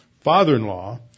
father-in-law